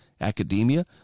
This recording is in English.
academia